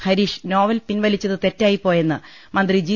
Harish novel പിൻവലിച്ചത് തെറ്റായിപ്പോയെന്ന് മന്ത്രി ജി